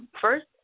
First